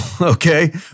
okay